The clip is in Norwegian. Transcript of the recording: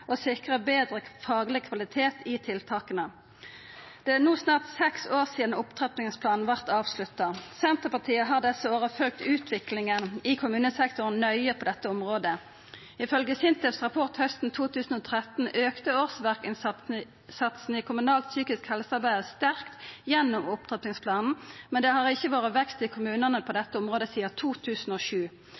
og sikra betre fagleg kvalitet i tiltaka. Det er no snart seks år sidan opptrappingsplanen vart avslutta. Senterpartiet har desse åra følgt utviklinga i kommunesektoren nøye på dette området. Ifølgje SINTEFs rapport hausten 2013 auka årsverkinnsatsen i kommunalt psykisk helsearbeid sterkt gjennom opptrappingsplanen, men det har ikkje vore vekst i kommunane på dette området sidan 2007.